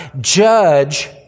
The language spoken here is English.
judge